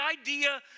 idea